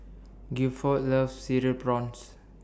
Guilford loves Cereal Prawns